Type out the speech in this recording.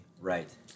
Right